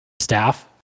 staff